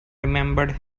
remembered